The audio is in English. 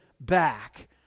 back